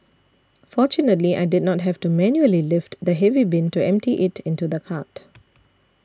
fortunately I did not have to manually lift the heavy bin to empty it into the cart